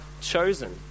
chosen